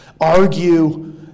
argue